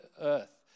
earth